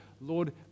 Lord